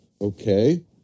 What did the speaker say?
Okay